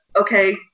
Okay